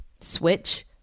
switch